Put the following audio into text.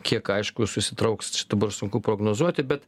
kiek aišku susitrauks dabar sunku prognozuoti bet